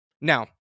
now